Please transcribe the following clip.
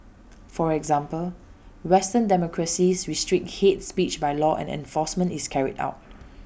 for example western democracies restrict hate speech by law and enforcement is carried out